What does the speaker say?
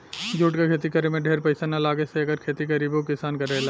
jute के खेती करे में ढेर पईसा ना लागे से एकर खेती गरीबो किसान करेला